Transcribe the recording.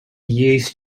used